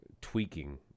tweaking